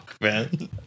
man